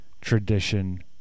tradition